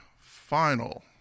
final